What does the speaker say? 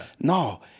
no